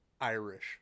Irish